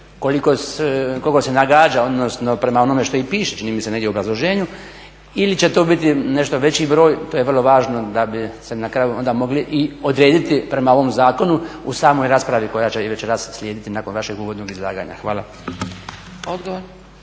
koliko se nagađa odnosno prema onome što i piše čini mi se negdje u obrazloženju ili će to biti nešto veći broj. To je vrlo važno da bi se na kraju onda mogli i odrediti prema ovom zakonu u samoj raspravi koja će i večeras slijediti nakon vašeg uvodnog izlaganja. Hvala.